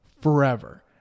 forever